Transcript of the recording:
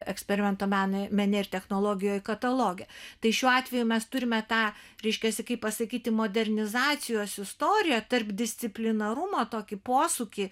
eksperimento menui mene ir technologijoj kataloge tai šiuo atveju mes turime tą reiškiasi kaip pasakyti modernizacijos istoriją tarpdisciplinarumo tokį posūkį